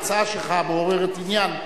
ההצעה שלך מעוררת עניין,